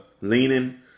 leaning